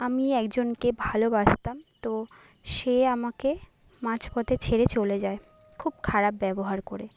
আমি একজনকে ভালোবাসতাম তো সে আমাকে মাঝ পথে ছেড়ে চলে যায় খুব খারাপ ব্যবহার করে